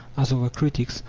as our critics,